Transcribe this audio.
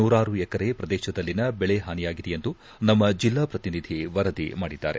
ನೂರಾರು ಎಕರೆ ಪ್ರದೇಶದಲ್ಲಿನ ಬೆಳೆ ಹಾನಿಯಾಗಿದೆ ಎಂದು ನಮ್ಮ ಜಿಲ್ಲಾ ಪ್ರತಿನಿಧಿ ವರದಿ ಮಾಡಿದ್ದಾರೆ